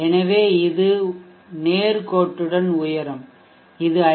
எனவே இது நேர்கோட்டுடன் உயரும் இது ஐ